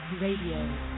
Radio